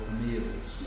meals